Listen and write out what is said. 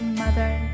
mother